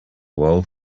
world